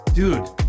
Dude